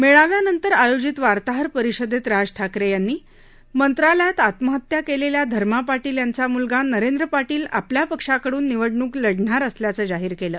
मेळाव्यानंतर आयोजित वार्ताहर परिषदेत राज ठाकरे यांनी मंत्रालयात आत्महत्या केलेल्या धर्मा पाटील यांचा मुलगा नरेंद्र पाटील आपल्या पक्षाकडून निवडणूक लढणार असल्याचं जाहीर केलं